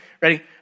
Ready